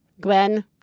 Gwen